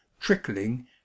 trickling